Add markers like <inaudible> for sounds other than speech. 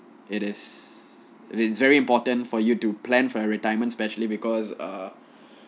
it is it's been very important for you to plan for your retirement especially because err <breath>